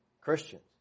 Christians